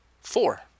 four